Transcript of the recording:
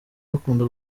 bakunda